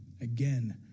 Again